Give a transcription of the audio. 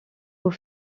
aux